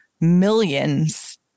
millions